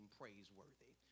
praiseworthy